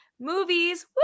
movies